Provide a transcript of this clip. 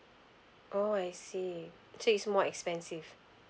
oo I see so it's more expensive